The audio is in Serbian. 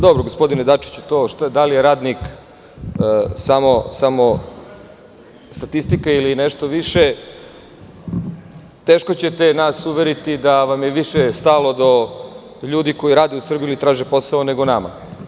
Dobro gospodine Dačiću, to da li je radnik samo statistika ili nešto više, teško ćete nas uveriti da vam je više stalo ljudi koji rade u Srbiji ili traže posao, nego nama.